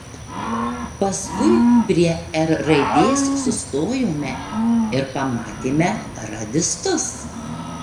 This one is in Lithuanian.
paskui prie r raidės sustojome ir pamatėme radistus